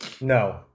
No